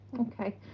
Okay